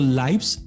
lives